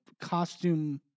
costume